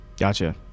Gotcha